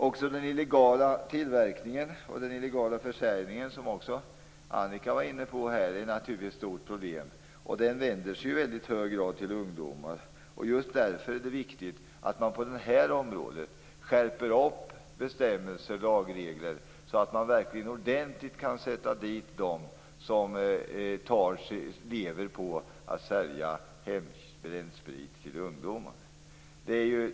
Också den illegala tillverkningen och den illegala försäljningen, som även Annika Jonsell var inne på, är ett stort problem. Den vänder sig i hög grad till ungdomar. Just därför är det viktigt att man på det här området skärper bestämmelser och lagregler så att man verkligen ordentligt kan sätta dit dem som lever på att sälja hembränd sprit till ungdomar.